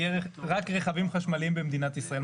יהיה רק רכבים חשמליים במדינת ישראל.